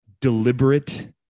deliberate